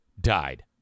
died